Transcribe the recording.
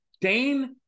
Dane